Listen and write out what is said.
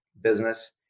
business